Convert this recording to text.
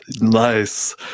Nice